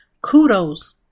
kudos